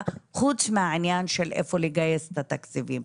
חוץ מהעניין של איפה לגייס את התקציבים?